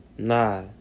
Nah